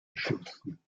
erschlossen